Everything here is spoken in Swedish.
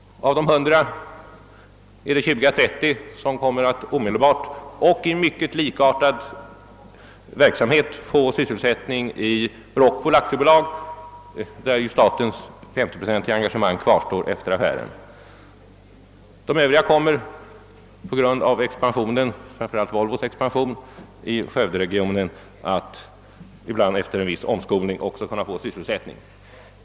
Av de 100 friställda kommer 20 å 30 att omedelbart få sysselsättning i mycket likartad verksamhet i Rockwool AB, där statens 50-procentiga engagemang kvarstår efter affären. De övriga kommer på grund av expansionen — framför allt Volvos — i skövderegionen också att kunna få sysselsättning, i några fall efter omskolning.